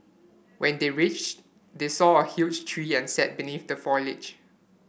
when they reached they saw a huge tree and sat beneath the foliage